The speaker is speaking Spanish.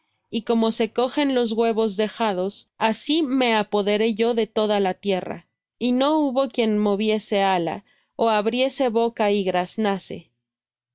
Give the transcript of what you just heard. y como se cogen los huevos dejados así me apoderé yo de toda la tierra y no hubo quien moviese ala ó abriese boca y graznase